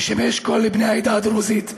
אשמש קול לבני העדות הדרוזיות,